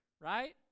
Right